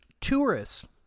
tourists